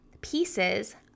pieces